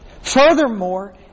Furthermore